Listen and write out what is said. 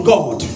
God